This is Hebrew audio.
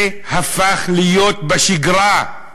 זה הפך להיות שגרה.